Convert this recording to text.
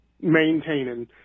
maintaining